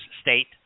state